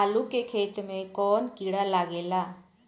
आलू के खेत मे कौन किड़ा लागे ला?